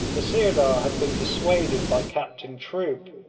the sirdar had been dissuaded by captain troup,